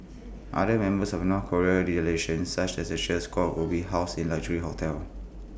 other members of the north Korean delegation such as the cheer squad will be housed in luxury hotels